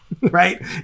right